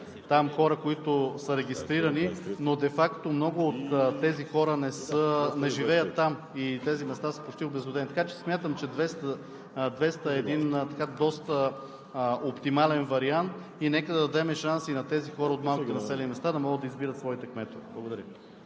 има хора, които са регистрирани, но де факто много от тях не живеят там и тези места са почти обезлюдени. Така че смятам, че 200 е един доста оптимален вариант и нека да дадем шанс и на хората от малките населени места да могат да избират своите кметове. Благодаря